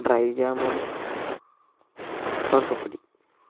dry jamun sonpapdi